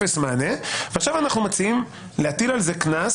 ועכשיו אנחנו מציעים להטיל על זה קנס